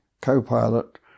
co-pilot